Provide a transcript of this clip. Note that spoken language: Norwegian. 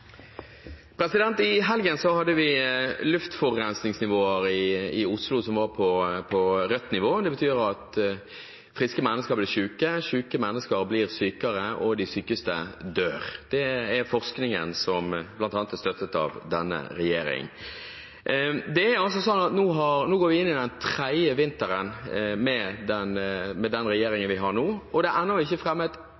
I helgen hadde vi luftforurensningsnivåer i Oslo som var på rødt nivå. Det betyr at friske mennesker blir syke, syke mennesker blir sykere, og de sykeste dør. Det sier forskningen, som bl.a. er støttet av denne regjering. Nå går vi inn i den tredje vinteren med den regjeringen vi har nå, og det er ennå ikke fremmet